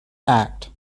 act